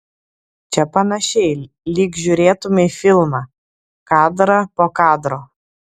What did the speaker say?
čia panašiai lyg žiūrėtumei filmą kadrą po kadro